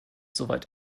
soweit